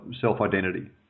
self-identity